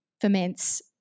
ferments